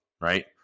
right